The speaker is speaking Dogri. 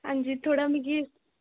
हां जी थोह्ड़ा मिगी